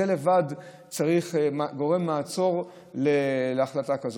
זה לבד גורם מעצור להחלטה כזאת.